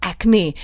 Acne